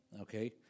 Okay